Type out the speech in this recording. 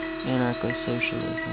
anarcho-socialism